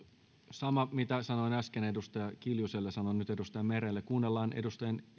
saman mitä sanoin äsken edustaja kiljuselle sanon nyt edustaja merelle kuunnellaan edustaja